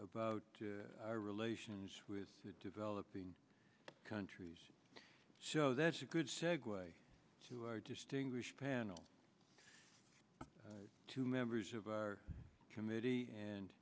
about our relations with the developing countries so that's a good segue to our distinguished panel two members of our committee and